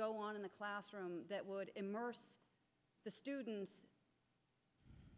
go on in the classroom that would immerse the students